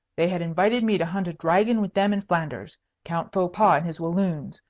they had invited me to hunt a dragon with them in flanders count faux pas and his walloons.